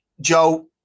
Joe